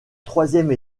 troisième